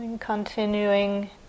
Continuing